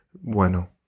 bueno